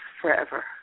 forever